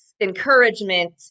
encouragement